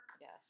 Yes